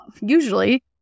usually